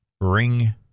ring